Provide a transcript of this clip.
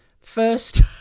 first